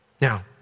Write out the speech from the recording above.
Now